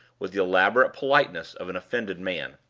with the elaborate politeness of an offended man.